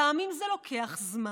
גם אם זה לוקח זמן.